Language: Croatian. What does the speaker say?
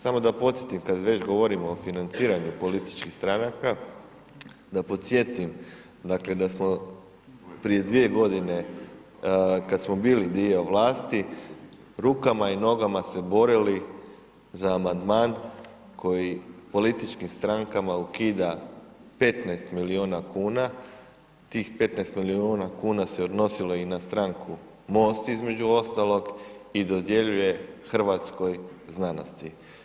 Samo da podsjetim kad već govorimo o financiranju političkih stranaka, da podsjetim, dakle, da smo prije dvije godine, kad smo bili dio vlasti, rukama i nogama se borili za amandman koji političkim strankama ukida 15 milijuna kuna, tih 15 milijuna kuna se odnosilo i na stranku MOST između ostalog i dodjeljuje Hrvatskoj znanosti.